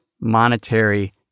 monetary